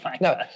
no